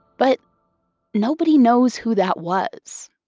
but nobody knows who that was.